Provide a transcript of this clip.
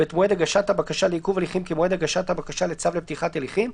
ואת מועד הגשת הבקשה לעיכוב הליכים כמועד הגשת הבקשה לצו לפתיחת הליכים,